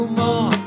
more